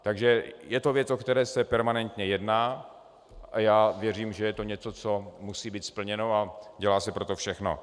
Takže je to věc, o které se permanentně jedná, a já věřím, že je to něco, co musí být splněno, a dělá se pro to všechno.